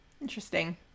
Interesting